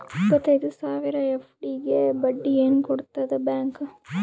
ಇಪ್ಪತ್ತೈದು ಸಾವಿರ ಎಫ್.ಡಿ ಗೆ ಬಡ್ಡಿ ಏನ ಕೊಡತದ ಬ್ಯಾಂಕ್?